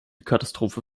katastrophe